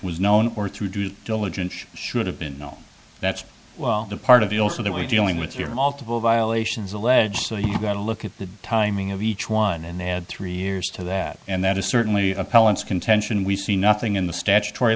was known or through due diligence should have been that's well part of the also that we're dealing with your multiple violations alleged so you've got to look at the timing of each one and then add three years to that and that is certainly appellants contention we see nothing in the statutory